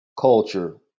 culture